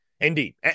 Indeed